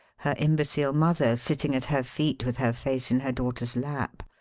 her imbecile mother sitting at her feet with her face in her daughter's lap,